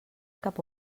cap